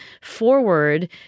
forward